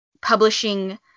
publishing